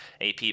AP